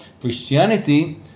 Christianity